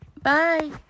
Bye